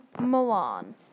Milan